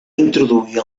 introduir